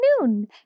noon